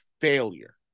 failure